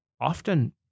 often